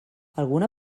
alguna